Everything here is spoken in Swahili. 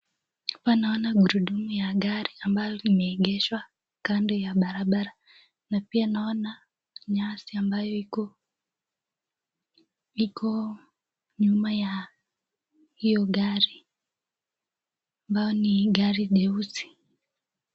Hapa naona gurudumu ya gari ambayo imeegeshwa kando ya barabara. Na pia naona nyasi ambayo iko nyuma ya hiyo gari ambayo ni gari jeusi.